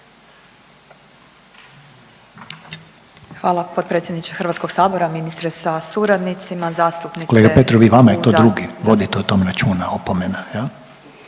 Hvala potpredsjedniče HS, ministre sa suradnicima… …/Upadica Reiner: Kolega Petrov, i vama je to drugi, vodite o tom računa, opomena jel.